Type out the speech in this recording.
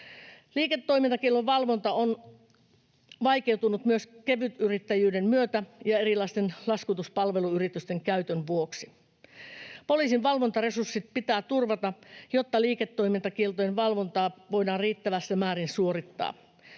Liiketoimintakiellon valvonta on vaikeutunut myös kevytyrittäjyyden myötä ja erilaisten laskutuspalveluyritysten käytön vuoksi. Poliisin valvontaresurssit pitää turvata, jotta liiketoimintakieltojen valvontaa voidaan riittävässä määrin suorittaa.